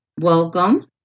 Welcome